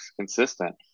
consistent